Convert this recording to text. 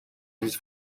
his